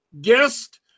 guest